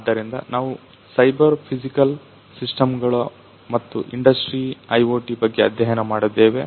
ಆದ್ದರಿಂದ ನಾವು cyber physical system ಗಳು ಮತ್ತು ಇಂಡಸ್ಟ್ರಿ ಐಒಟಿ ಬಗ್ಗೆ ಅಧ್ಯಯನ ಮಾಡಿದ್ದೇವೆ